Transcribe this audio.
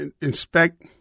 inspect